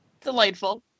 Delightful